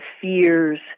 fears